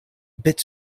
bit